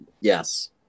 Yes